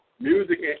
music